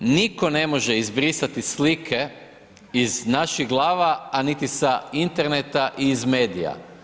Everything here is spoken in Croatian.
Nitko ne može izbrisati slike iz naših glava, a niti sa interneta i iz medija.